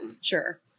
Sure